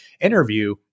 interview